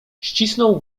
ścisnął